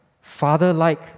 Father-like